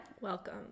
Welcome